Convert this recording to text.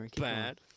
bad